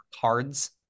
cards